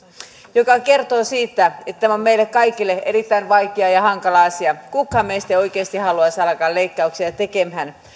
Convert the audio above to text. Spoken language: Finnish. mikä kertoo siitä että tämä on meille kaikille erittäin vaikea ja hankala asia kukaan meistä ei oikeasti haluaisi alkaa leikkauksia tekemään